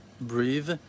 breathe